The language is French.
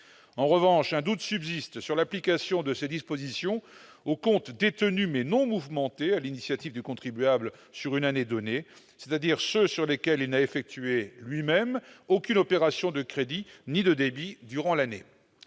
En revanche, un doute subsiste sur l'application de ces dispositions aux comptes détenus, mais non mouvementés sur l'initiative du contribuable sur une année donnée, c'est-à-dire ceux sur lesquels il n'a effectué, lui-même, aucune opération de crédit ni de débit durant l'année.